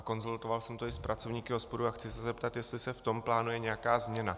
Konzultoval jsem to i s pracovníky OSPOD a chci se zeptat, jestli se v tom plánuje nějaká změna.